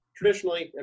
Traditionally